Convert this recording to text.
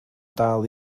dal